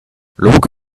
look